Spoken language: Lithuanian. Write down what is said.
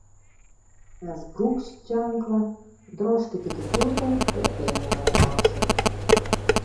mes brūkšt ženklą drožkit iki tilto ir einame ramiausiai